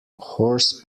horse